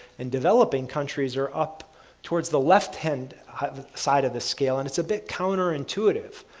and developing countries are up towards the left hand side of the scale and it's a bit counter intuitive.